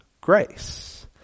grace